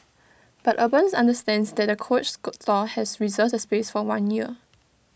but urban understands that the coach store has reserved the space for one year